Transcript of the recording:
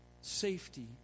safety